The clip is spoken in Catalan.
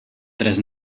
tres